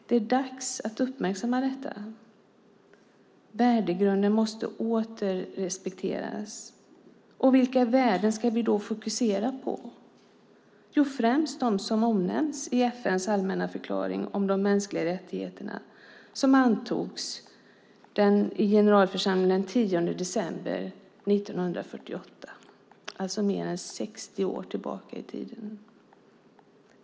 Det är dags att uppmärksamma detta. Värdegrunden måste åter respekteras. Vilka värden ska vi då fokusera på? Jo, vi ska främst fokusera på dem som omnämns i FN:s allmänna förklaring om de mänskliga rättigheterna, vilken antogs av generalförsamlingen den 10 december 1948. Det är alltså mer än 60 år tillbaka i tiden.